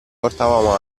portava